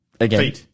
again